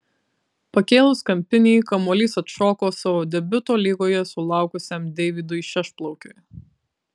pakėlus kampinį kamuolys atšoko savo debiuto lygoje sulaukusiam deividui šešplaukiui